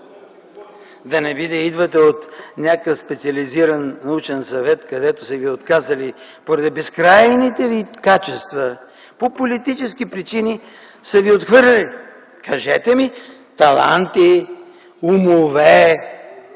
Да не би да идвате от някакъв специализиран научен съвет, където са ви отказали, поради безкрайните ви качества и по политически причини са ви отхвърлили? Кажете ми! – таланти, умове,